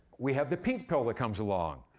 we have the pink pill that comes along.